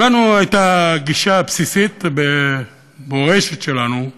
לנו הייתה גישה בסיסית, במורשת שלנו,